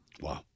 Wow